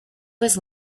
was